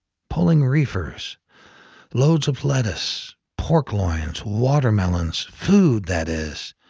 pulling reefers loads of lettuce, pork loins, watermelons food that is.